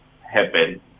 happen